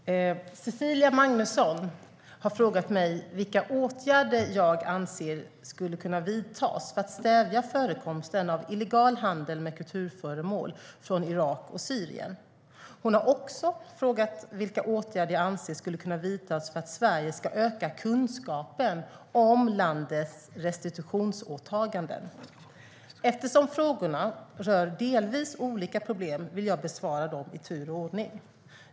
Herr ålderspresident! Cecilia Magnusson har frågat mig vilka åtgärder jag anser skulle kunna vidtas för att stävja förekomsten av illegal handel med kulturföremål från Irak och Syrien. Hon har också frågat vilka åtgärder jag anser skulle kunna vidtas för att Sverige ska öka kunskapen om landets restitutionsåtaganden. Eftersom frågorna rör delvis olika problem vill jag besvara dem i tur och ordning.